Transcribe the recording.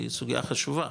היא סוגייה חשובה,